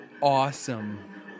awesome